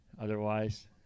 Otherwise